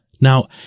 Now